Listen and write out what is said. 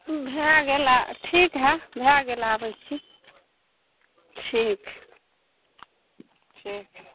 ओ भए गेल आ ठीक है भए गेल आबै छी ठीक ठीक छै